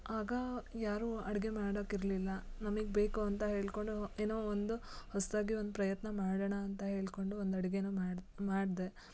ಆಗ ಯಾರೂ ಅಡುಗೆ ಮಾಡೋಕ್ ಇರಲಿಲ್ಲ ನಮಗ್ ಬೇಕು ಅಂತ ಹೇಳಿಕೊಂಡು ಏನೋ ಒಂದು ಹೊಸದಾಗಿ ಒಂದು ಪ್ರಯತ್ನ ಮಾಡೋಣ ಅಂತ ಹೇಳಿಕೊಂಡು ಒಂದು ಅಡುಗೇನ ಮಾಡಿ ಮಾಡಿದೆ